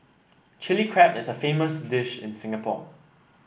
Chilli Crab is a famous dish in Singapore